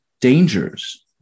dangers